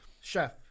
Chef